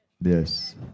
Yes